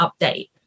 update